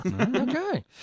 Okay